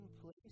place